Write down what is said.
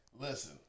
listen